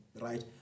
right